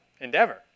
endeavor